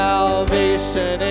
salvation